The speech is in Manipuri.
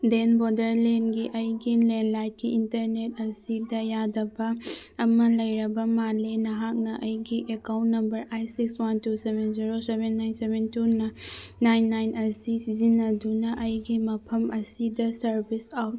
ꯗꯦꯟ ꯕꯣꯗꯔꯂꯦꯟꯒꯤ ꯑꯩꯒꯤ ꯂꯦꯟꯂꯥꯢꯟꯒꯤ ꯏꯟꯇꯔꯅꯦꯠ ꯑꯁꯤꯗ ꯌꯥꯗꯕ ꯑꯃ ꯂꯩꯔꯕ ꯃꯥꯜꯂꯦ ꯅꯍꯥꯛꯅ ꯑꯩꯒꯤ account number eight six one two seven zero seven nine seven ꯇꯨꯅ ꯅꯥꯏꯟ ꯅꯥꯏꯟ ꯑꯁꯤ ꯁꯤꯖꯤꯟꯅꯗꯨꯅ ꯑꯩꯒꯤ ꯃꯐꯝ ꯑꯁꯤꯗ ꯁꯥꯔꯕꯤꯁ ꯑꯥꯎꯠ